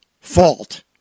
fault